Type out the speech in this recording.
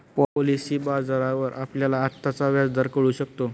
policy बाजारावर आपल्याला आत्ताचा व्याजदर कळू शकतो